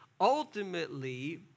Ultimately